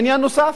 עניין נוסף,